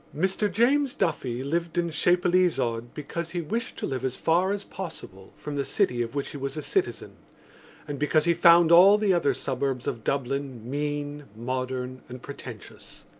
mr. james duffy lived in chapelizod because he wished to live as far as possible from the city of which he was a citizen and because he found all the other suburbs of dublin mean, modern and pretentious.